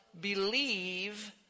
believe